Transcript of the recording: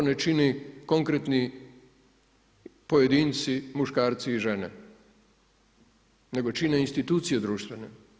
Ako to ne čini konkretni pojedinci, muškarci i žene, nego čine institucije društvene.